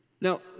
Now